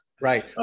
Right